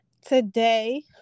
Today